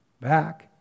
back